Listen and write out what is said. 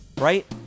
Right